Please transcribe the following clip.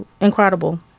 incredible